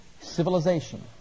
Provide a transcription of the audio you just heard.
civilization